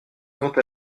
quant